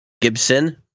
Gibson